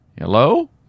Hello